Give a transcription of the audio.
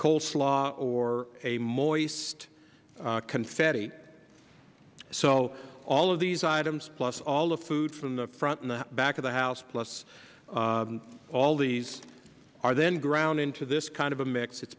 coleslaw or a moist confetti so all of these items plus all the food from the front and back of the house plus all these are then ground into this kind of a mix it